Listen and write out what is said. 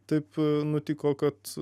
taip nutiko kad